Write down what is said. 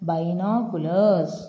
Binoculars